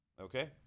Okay